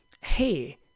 hey